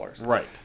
Right